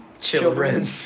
Children